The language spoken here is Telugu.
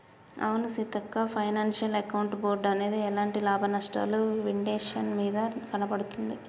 అవును సీతక్క ఫైనాన్షియల్ అకౌంట్ బోర్డ్ అనేది ఎలాంటి లాభనష్టాలు విండేషన్ మీద నడపబడుతుంది